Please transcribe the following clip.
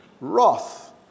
Wrath